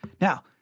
Now